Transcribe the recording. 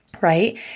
Right